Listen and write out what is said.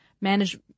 manage